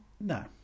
no